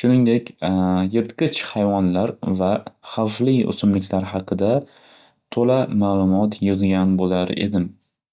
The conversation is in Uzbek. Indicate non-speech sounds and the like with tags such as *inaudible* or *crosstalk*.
Shuningdek, *hesitation* yirtqich hayvonlar va xavfli o'simliklar haqida to'la ma'lumot yig'gan bo'lar edim. *noise*